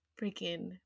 freaking